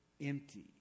Empty